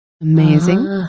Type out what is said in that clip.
Amazing